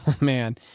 Man